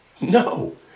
no